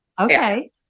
Okay